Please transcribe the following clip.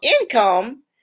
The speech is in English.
income